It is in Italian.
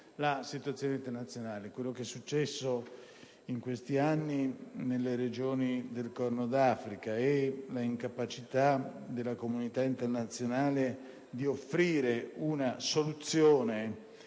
la situazione internazionale. Quello che è successo in questi anni nelle regioni del Corno d'Africa e l'incapacità della comunità internazionale di offrire una soluzione